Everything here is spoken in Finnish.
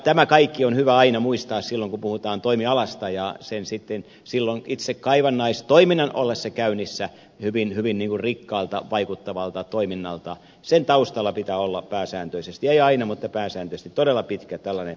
tämä kaikki on hyvä aina muistaa silloin kun puhutaan toimialasta koska se silloin itse kaivannaistoiminnan ollessa käynnissä vaikuttaa hyvin rikkaalta toiminnalta mutta sen taustalla pitää olla pääsääntöisesti ei aina mutta pääsääntöisesti tällainen todella pitkä etsintätyö